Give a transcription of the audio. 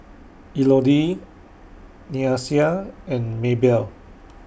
Elodie Nyasia and Maybell